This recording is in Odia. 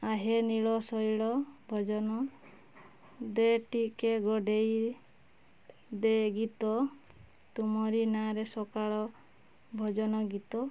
ଆହେ ନୀଳଶୈଳ ଭଜନ ଦେ ଟିକେ ଗଡ଼େଇ ଦେ ଗୀତ ତୁମରି ନାଁରେ ସକାଳ ଭଜନ ଗୀତ